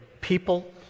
people